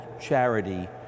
charity